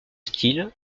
style